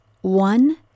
One